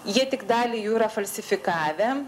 jie tik dalį jų yra falsifikavę